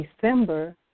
December